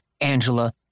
Angela